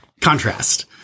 contrast